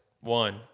one